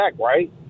right